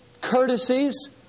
courtesies